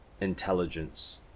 intelligence